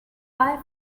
wifi